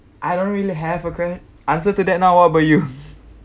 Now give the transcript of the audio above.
I don't really have a que~ answer to that now what about you